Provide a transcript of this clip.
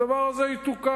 הדבר הזה יתוקן.